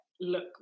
look